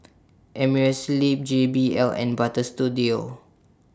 Amerisleep J B L and Butter Studio